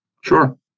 Sure